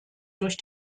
durch